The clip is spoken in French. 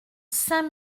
saint